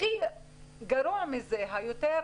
הכי גרוע מזה, יותר